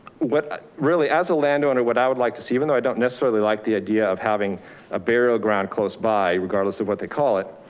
what really as a landowner, what i would like to see, even though i don't necessarily like the idea of having a burial ground close by regardless of what they call it,